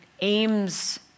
aims